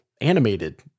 animated